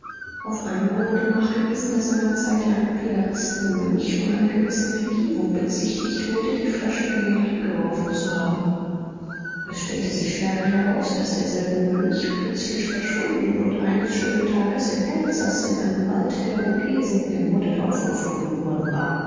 auf einmal wurde nachgewiesen daß seinerzeit ein piaristenmönch von einer gewissen regierung bezichtigt wurde die flasche in den rhein geworfen zu haben es stellte sich ferner heraus daß derselbe mönch plötzlich verschwunden und eines schönen tages im elsaß in einem wald der vogesen ermordet aufgefunden worden war